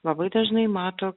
labai dažnai mato